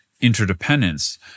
interdependence